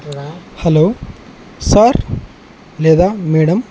hello sir లేదా madam